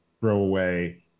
throwaway